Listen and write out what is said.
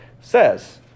says